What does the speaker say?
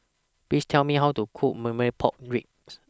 Please Tell Me How to Cook Marmite Pork Ribs